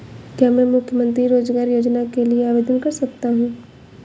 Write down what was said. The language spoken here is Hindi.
क्या मैं मुख्यमंत्री रोज़गार योजना के लिए आवेदन कर सकता हूँ?